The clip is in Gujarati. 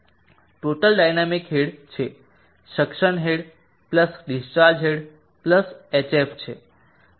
ટોટલ ડાયનામિક હેડ છે suction head plus discharge head plus hf છે